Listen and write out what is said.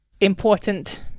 important